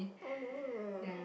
oh no